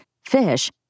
fish